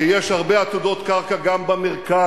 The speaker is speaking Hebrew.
כי יש הרבה עתודות קרקע גם במרכז.